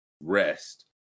rest